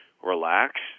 Relax